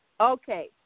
Okay